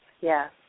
yes